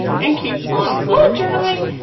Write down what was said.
and keep on bullet journaling!